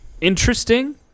interesting